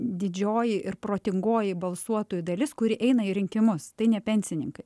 didžioji ir protingoji balsuotojų dalis kuri eina į rinkimus tai ne pensininkai